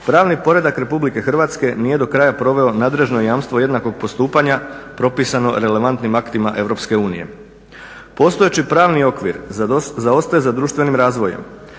pravni poredak Republike Hrvatske nije do kraja proveo nadređeno jamstvo jednakog postupanja propisano relevantnim aktima Europske unije. Postojeći pravni okvir zaostaje za društvenim razvojem.